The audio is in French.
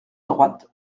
droite